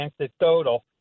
anecdotal